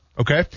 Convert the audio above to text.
Okay